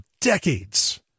decades